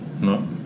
No